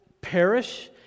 perish